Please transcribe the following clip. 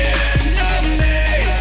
enemy